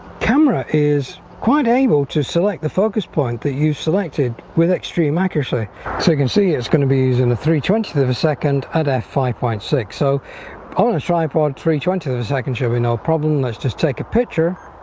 camera is quite able to select the focus point that you've selected with extreme accuracy so you can see it's going to be using and a three twentieth of a second at f five point six so on a tripod three twentieth of a second showing no problem let's just take a picture